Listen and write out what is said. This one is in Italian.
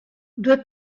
due